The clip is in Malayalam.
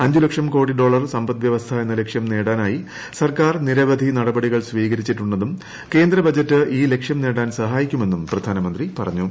അഞ്ച് ലക്ഷം കോടി ഡോളർ സമ്പദ് വ്യവസ്ഥ എന്ന ലക്ഷ്യം നേടാനായി സർക്കാർ നിരവധി നടപടികൾ സ്വീകരിച്ചിട്ടുണ്ടെന്നും കേന്ദ്ര ബജറ്റ് ഈ ലക്ഷ്യം നേടാൻ സഹായിക്കുമെന്നും പ്രധാനമന്ത്രി പറഞ്ഞു